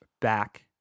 back